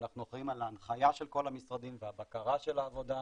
אנחנו אחראים על ההנחיה של כל המשרדים והבקרה של העבודה,